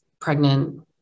pregnant